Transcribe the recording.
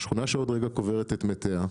שכונה שעוד רגע קוברת את מתיה,